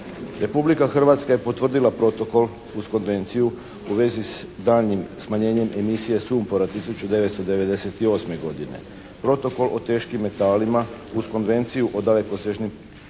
Republika Hrvatska je potvrdila protokol uz konvenciju u vezi s daljnjim smanjenjem emisije sumpora 1998. godine. Protokol o teškim metalima uz Konvenciju o dalekosežnim